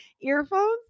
earphones